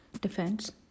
Defense